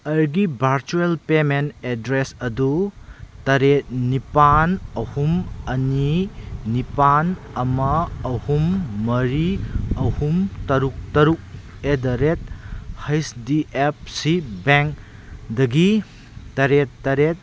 ꯑꯩꯒꯤ virtual payment address ꯑꯗꯨ ꯇꯔꯦꯠ ꯅꯤꯄꯥꯟ ꯑꯍꯨꯝ ꯑꯅꯤ ꯅꯤꯄꯥꯟ ꯑꯃ ꯑꯍꯨꯝ ꯃꯔꯤ ꯑꯍꯨꯝ ꯇꯔꯨꯛ ꯇꯔꯨꯛ at the rate H D F C bank ꯗꯒꯤ ꯇꯔꯦꯠ ꯇꯔꯦꯠ